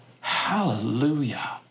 Hallelujah